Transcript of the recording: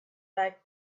like